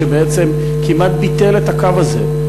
שבעצם כמעט ביטל את הקו הזה,